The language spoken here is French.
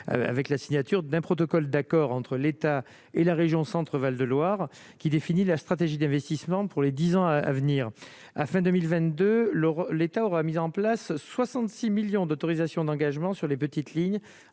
avec la signature d'un protocole d'accord entre l'État et la région Centre Val de Loire qui définit la stratégie d'investissements pour les 10 ans à venir. à fin 2022 leur l'État aura mis en place 66 millions d'autorisations d'engagement sur les petites lignes